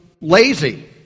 lazy